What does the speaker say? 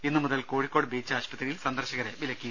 ഇന്നുമുതൽ കോഴിക്കോട് ബീച്ച് ആശുപത്രിയിൽ സന്ദർശകരെ വിലക്കി